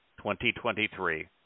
2023